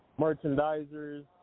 merchandisers